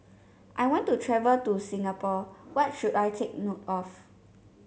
I want to travel to Singapore what should I take note of